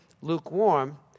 lukewarm